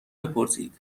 بپرسید